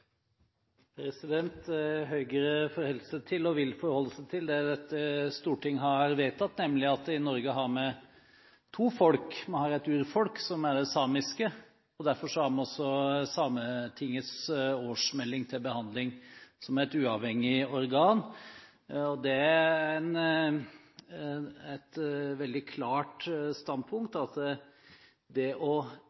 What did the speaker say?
måte. Høyre forholder seg til – og vil forholde seg til – det som Stortinget har vedtatt, nemlig at vi i Norge har to folk. Vi har et urfolk, som er det samiske, og derfor har vi også Sametingets årsmelding til behandling. Sametinget er et uavhengig organ. Det er et veldig klart standpunkt.